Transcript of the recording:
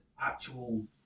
actual